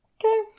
Okay